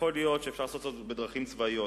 ויכול להיות שאפשר לעשות זאת בדרכים צבאיות,